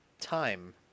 time